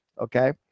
okay